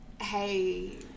hey